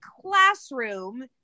classroom